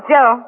Joe